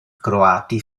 croati